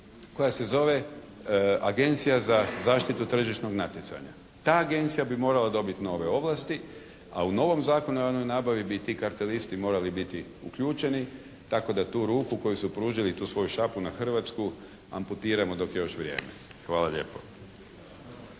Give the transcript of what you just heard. koja se zove Agencija za zaštitu tržišnog natjecanja. Ta agencija bi morala dobiti nove ovlasti, a u novom Zakonu o javnoj nabavi bi ti kartelisti morali biti uključeni tako da tu ruku koju su pružili, tu svoju šapu na Hrvatsku amputiramo dok je još vrijeme. Hvala lijepo.